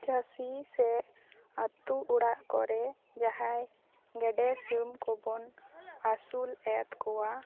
ᱪᱟᱹᱥᱤ ᱥᱮ ᱟᱛᱳ ᱚᱲᱟᱜ ᱠᱚᱨᱮ ᱡᱟᱦᱟᱸᱭ ᱜᱮᱰᱮ ᱥᱤᱢ ᱠᱚ ᱵᱚᱱ ᱟᱹᱥᱩᱞᱮᱫ ᱠᱚᱣᱟ